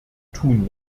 tun